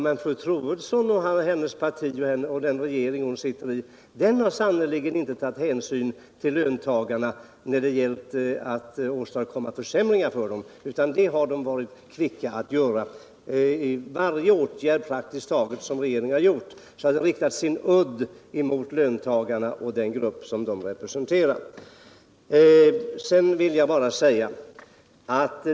Men fru Troedsson, hennes parti och den regering hon sitter i har sannerligen inte tagit hänsyn till löntagarna utan varit kvicka att åstadkomma försämringar för dem. Praktiskt taget varje åtgärd som regeringen har vidtagit har riktat sin udd mot löntagarna och den grupp som de representerar.